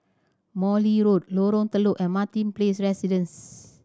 Morley Road Lorong Telok and Martin Place Residences